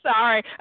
Sorry